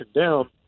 down